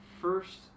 first